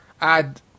add